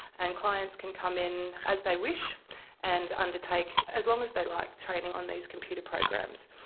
and clients can come in as they wish and undertake as long as they like training on these computer programs.